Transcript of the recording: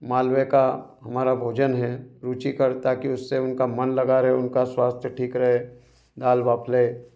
मालवे का हमारा भोजन है रूचि करता कि उससे उनका मन लगा रहे उनका स्वास्थ्य ठीक रहे दाल वाफले